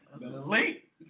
Late